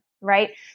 right